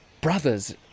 brothers